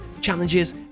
challenges